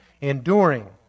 Enduring